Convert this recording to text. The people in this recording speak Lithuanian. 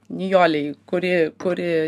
nijolei kuri kuri